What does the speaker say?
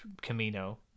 Camino